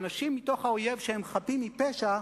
האנשים מתוך האויב שהם חפים מפשע,